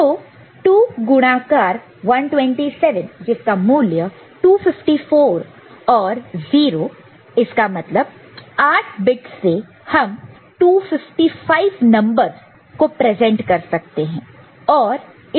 तो 2 गुणाकारमल्टीप्लाईड multiplied 127 जिसका मूल्य 254 और 0 इसका मतलब 8 बिट्स से हम 255 नंबरस को प्रेजेंट कर सकते हैं